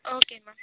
okay ma'am